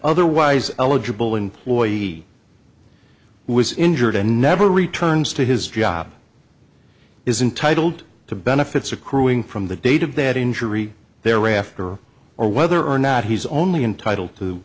otherwise eligible employee who was injured and never returns to his job is intitled to benefits accruing from the date of that injury thereafter or whether or not he's only entitle to